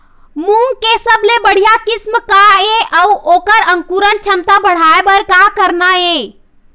मूंग के सबले बढ़िया किस्म का ये अऊ ओकर अंकुरण क्षमता बढ़ाये बर का करना ये?